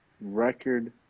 record